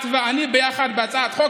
את ואני ביחד בהצעת חוק.